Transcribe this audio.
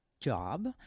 job